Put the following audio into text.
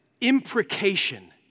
imprecation